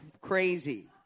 crazy